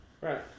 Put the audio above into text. Right